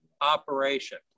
operation